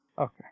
Okay